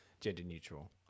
gender-neutral